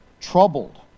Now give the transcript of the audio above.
troubled